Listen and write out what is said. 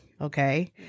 Okay